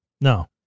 no